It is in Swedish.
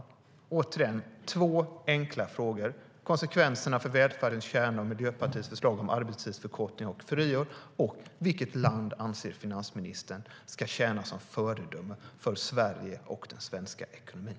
Jag har alltså två enkla frågor: Vad blir konsekvenserna för välfärdens kärna med Miljöpartiets förslag om arbetstidsförkortning och friår? Vilket land anser finansministern ska tjäna som föredöme för Sverige och den svenska ekonomin?